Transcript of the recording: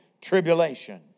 tribulation